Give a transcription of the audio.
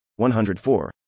104